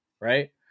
right